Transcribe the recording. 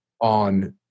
on